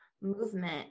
movement